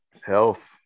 Health